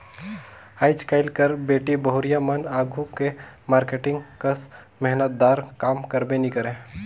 आएज काएल कर बेटी बहुरिया मन आघु के मारकेटिंग कस मेहनत दार काम करबे नी करे